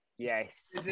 yes